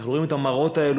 כשאנחנו רואים את המראות האלה,